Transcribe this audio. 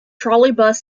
trolleybus